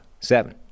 seven